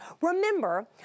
Remember